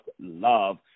love